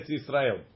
Israel